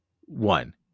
one